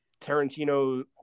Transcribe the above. Tarantino